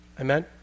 Amen